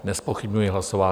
Nezpochybňuji hlasování.